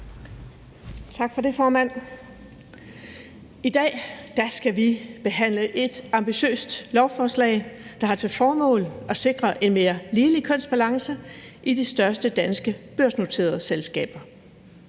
Tak for det, formand. I dag skal vi behandle et ambitiøst lovforslag, der har til formål at sikre en mere ligelig kønsbalance i de største danske børsnoterede selskaber,